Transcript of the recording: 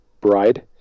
bride